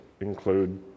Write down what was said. include